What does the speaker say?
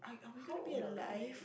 how old are we